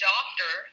doctor